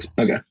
Okay